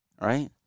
right